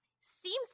seems